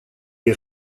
est